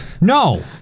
No